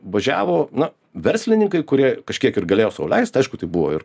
važiavo na verslininkai kurie kažkiek ir galėjo sau leist aišku tai buvo ir